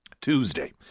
Tuesday